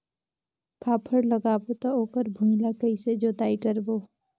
फाफण लगाबो ता ओकर भुईं ला कइसे जोताई करबो?